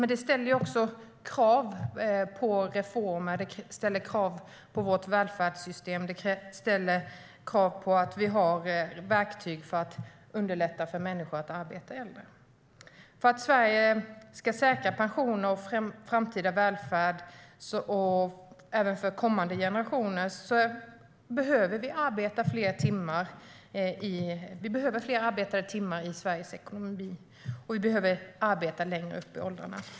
Men det ställer också krav på reformer och på vårt välfärdssystem, och det ställer krav på att vi har verktyg för att underlätta för människor att arbeta längre. För att Sverige ska kunna säkra pensioner och framtida välfärd även för kommande generationer behöver vi fler arbetade timmar i Sveriges ekonomi, och vi behöver arbeta längre upp i åldrarna.